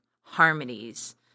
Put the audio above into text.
harmonies